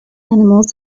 animals